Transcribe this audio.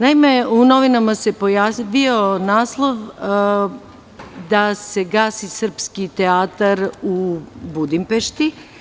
Naime, u novinama se pojavio naslov da se gasi srpski teatar u Budimpešti.